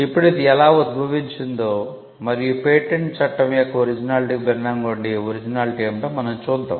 ఇప్పుడు ఇది ఎలా ఉద్భవించిందో మరియు పేటెంట్ చట్టం యొక్క ఒరిజినాలిటికి భిన్నంగా ఉండే ఈ ఒరిజినాలిటి ఏమిటో మనం చూద్దాం